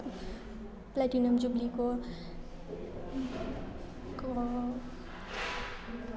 platinum जुब्लीको क